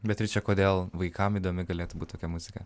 beatriče kodėl vaikam įdomi galėtų būt tokia muzika